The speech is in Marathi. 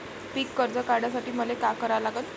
पिक कर्ज काढासाठी मले का करा लागन?